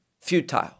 futile